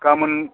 गाबोन